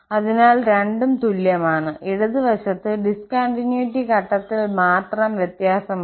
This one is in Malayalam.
അതിനാൽ രണ്ടും തുല്യമാണ് ഇടത് വശത്ത് ഡിസ് കണ്ടിന്യൂയിറ്റി ഘട്ടത്തിൽ മാത്രം വ്യത്യാസമുണ്ട്